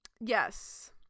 Yes